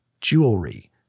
jewelry